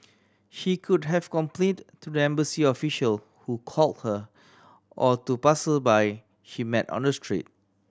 she could have complained to the embassy official who called her or to passersby she met on the street